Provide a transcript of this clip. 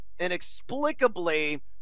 inexplicably